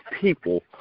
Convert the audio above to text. people